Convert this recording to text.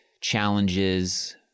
challenges